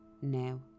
now